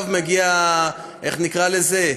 עכשיו מגיע, איך נקרא לזה?